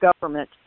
government